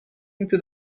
into